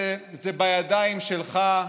מכל בתי הדין בהאג ומהממשל של אובמה?